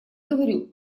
говорю